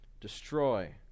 destroy